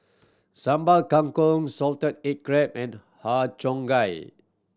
Sambal Kangkong salted egg crab and Har Cheong Gai